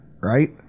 right